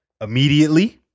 immediately